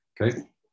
Okay